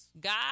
God